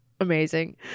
amazing